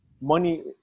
money